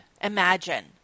imagine